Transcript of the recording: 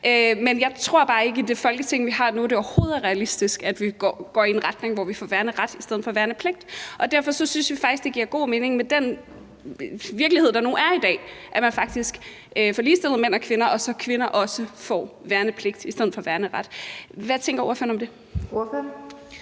vi har nu, overhovedet er realistisk at gå i en retning, hvor vi får værneret i stedet for værnepligt, og derfor synes vi faktisk, det giver god mening med den virkelighed, der nu er i dag, faktisk at få ligestillet mænd og kvinder, så kvinder også får værnepligt i stedet for værneret. Hvad tænker ordføreren om det?